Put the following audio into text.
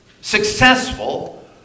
successful